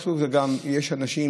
יש גם אנשים,